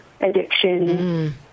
addiction